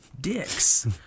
Dicks